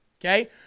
okay